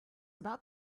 about